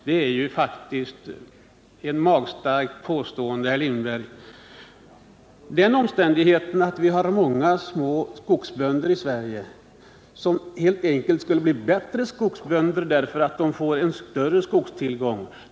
Det är faktiskt ett magstarkt påstående, herr Lindberg. Det finns många små skogsbönder i Sverige, som helt enkelt skulle bli bättre skogsbönder om de fick en större skogstillgång.